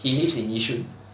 he lives in yishun